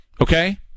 Okay